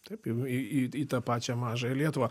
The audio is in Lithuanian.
taip į į į tą pačią mažąją lietuvą